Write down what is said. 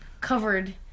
covered